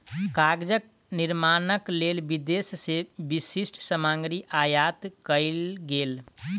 कागजक निर्माणक लेल विदेश से विशिष्ठ सामग्री आयात कएल गेल